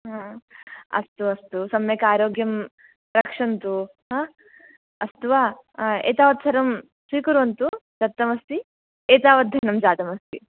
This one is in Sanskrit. हा अस्तु अस्तु सम्यक् आरोग्यं रक्षन्तु हा अस्तु वा एतावत् सर्वं स्वीकुर्वन्तु दत्तमस्ति एतावत् धनं जातमस्ति